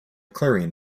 clarion